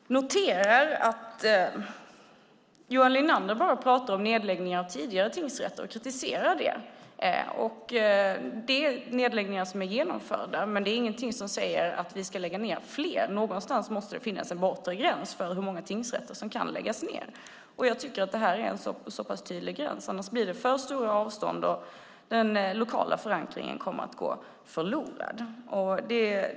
Fru talman! Jag noterar att Johan Linander bara pratar om och kritiserar nedläggningar av tidigare tingsrätter. Det är nedläggningar som är genomförda, men det är ingenting som säger att vi ska lägga ned fler. Någonstans måste det finnas en bortre gräns för hur många tingsrätter som kan läggas ned. Det här är en så pass tydlig gräns. Annars blir det för stora avstånd, och den lokala förankringen kommer att gå förlorad.